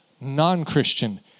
non-Christian